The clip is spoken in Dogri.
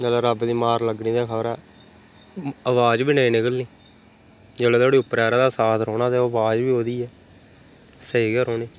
जेल्लै रब्ब दी मार लग्गनी ते खबरै अवाज बी नेईं निकलनी जेल्लै धोड़ी उप्परै आह्ले दा साथ रौह्ना ते अवाज बी ओह्दी गै ऐ स्हेई गै रौह्नी